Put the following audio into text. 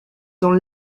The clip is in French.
dans